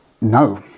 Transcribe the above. No